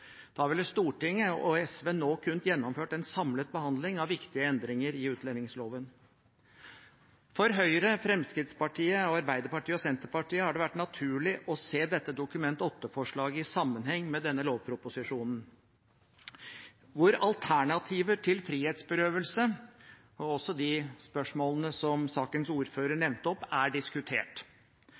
Da ville Stortinget og SV nå ha kunnet gjennomføre en samlet behandling av viktige endringer i utlendingsloven. For Høyre, Fremskrittspartiet, Arbeiderpartiet og Senterpartiet har det vært naturlig å se dette Dokument 8-forslaget i sammenheng med denne lovproposisjonen, hvor alternativer til frihetsberøvelse – og også de spørsmålene sakens ordfører nevnte – er diskutert.